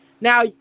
Now